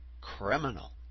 criminal